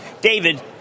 David